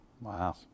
Wow